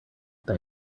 they